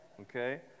Okay